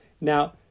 Now